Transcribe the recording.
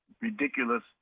ridiculous